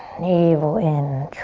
navel in.